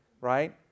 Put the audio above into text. Right